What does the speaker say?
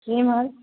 एमहर